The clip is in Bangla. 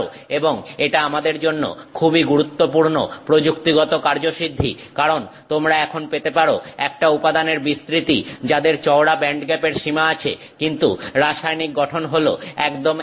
এবং এটা আমাদের জন্য খুবই গুরুত্বপূর্ণ প্রযুক্তিগত কার্যসিদ্ধি কারণ তোমরা এখন পেতে পারো একটা উপাদানের বিস্তৃতি যাদের চওড়া ব্যান্ডগ্যাপের সীমা আছে কিন্তু রাসায়নিক গঠন হলো একদম একই